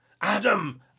Adam